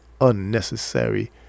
unnecessary